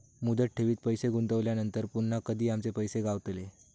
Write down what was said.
मुदत ठेवीत पैसे गुंतवल्यानंतर पुन्हा कधी आमचे पैसे गावतले?